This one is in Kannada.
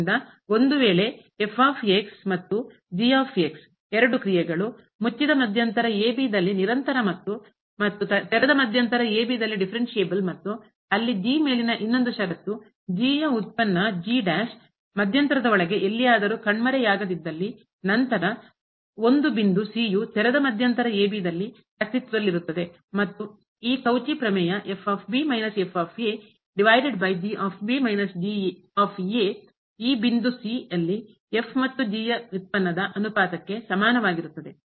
ಆದ್ದರಿಂದ ಒಂದುವೇಳೆ ಮತ್ತು ಮುಚ್ಚಿದ ಮಧ್ಯಂತರ ದಲ್ಲಿ ನಿರಂತರ ಮತ್ತು ಮತ್ತು ತೆರೆದ ಮಧ್ಯಂತರ ಡಿಫರೆನ್ಸ್ಬಲ್ ಮತ್ತು ಅಲ್ಲಿ g ಮೇಲಿನ ಇನ್ನೊಂದು ಶರತ್ತು g ಯ ಉತ್ಪನ್ನ ಮಧ್ಯಂತರದ ಒಳಗೆ ಎಲ್ಲಿಯಾದರೂ ಕಣ್ಮರೆಯಾಗದಿದ್ದಲ್ಲಿ ನಂತರ ಒಂದು ಬಿಂದು ತೆರೆದ ಮಧ್ಯಂತರ ದಲ್ಲಿ ಮತ್ತು ಈ ಕೌಚಿ ಪ್ರಮೇಯ ಈ ಬಿಂದು ಯಲ್ಲಿ ಮತ್ತು g ಯ ಉತ್ಪನ್ನದ ಅನುಪಾತಕ್ಕೆ ಸಮಾನವಾಗಿರುತ್ತದೆ